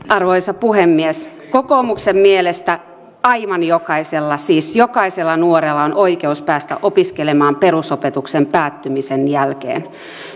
arvoisa puhemies kokoomuksen mielestä aivan jokaisella siis jokaisella nuorella on oikeus päästä opiskelemaan perusopetuksen päättymisen jälkeen